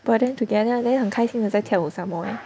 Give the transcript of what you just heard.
burden together then 很开心得在跳舞 somemore eh